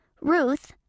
Ruth